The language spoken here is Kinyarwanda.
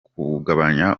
kugabanya